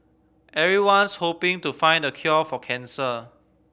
everyone's hoping to find the cure for cancer